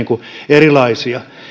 erilaisia